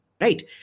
right